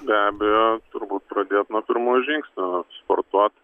be abejo turbūt pradėt nuo pirmų žingsnių sportuot